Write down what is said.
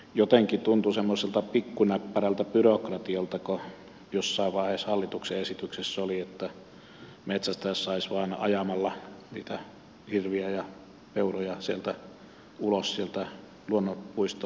jotenkin tuntui semmoiselta pikkunäppärältä byrokratialta kun jossain vaiheessa hallituksen esityksessä oli että metsästää saisi vain ajamalla niitä hirviä ja peuroja sieltä luonnonpuiston alueelta ulos